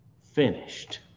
Finished